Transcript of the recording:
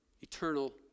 eternal